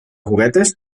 juguetes